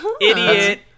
idiot